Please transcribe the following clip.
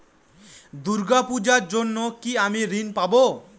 দূর্গা পূজার জন্য কি আমি ঋণ পাবো?